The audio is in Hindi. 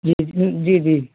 जी जी जी जी